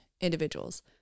individuals